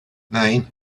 nine